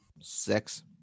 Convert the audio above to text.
Six